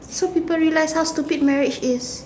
so people realise how stupid marriage is